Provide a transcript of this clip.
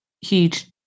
huge